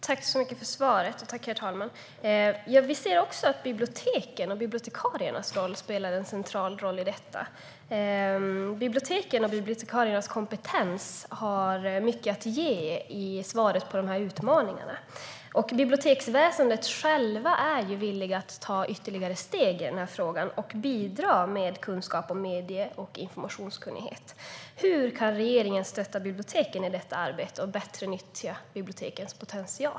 Herr talman! Jag tackar så mycket för svaret. Vi ser också att biblioteken och bibliotekarierna spelar en central roll i detta. Biblioteken och bibliotekariernas kompetens är viktiga för att möta dessa utmaningar. Biblioteken själva är villiga att ta ytterligare steg i den här frågan och bidra med medie och informationskunnighet. Hur kan regeringen stötta biblioteken i detta arbete och bättre nyttja bibliotekens potential?